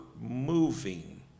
moving